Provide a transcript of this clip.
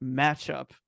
matchup